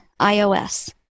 iOS